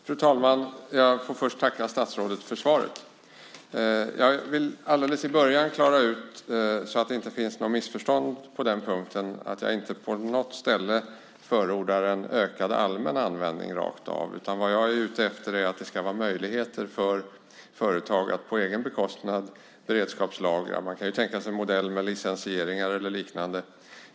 Fru talman! Låt mig börja med att tacka statsrådet för svaret. För att det inte ska uppstå några missförstånd på den punkten vill jag redan från början klargöra att jag inte på något ställe förordar en ökad allmän användning av antivirala medel. Det jag är ute efter är att det ska finnas möjligheter för företag att på egen bekostnad beredskapslagra. Man kan tänka sig en modell med licensieringar eller liknande.